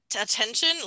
attention